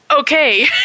okay